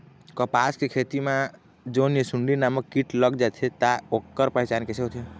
कपास के खेती मा जोन ये सुंडी नामक कीट लग जाथे ता ऐकर पहचान कैसे होथे?